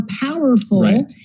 powerful